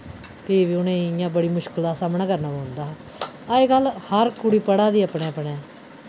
फ्ही बी उ'नें इ'यां बड़ी मुश्कलें दा सामना करने पौंदा हा अजकल हर कुड़ी पढ़ै दी अपने अपने